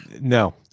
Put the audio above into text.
No